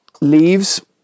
leaves